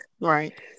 Right